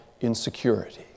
insecurity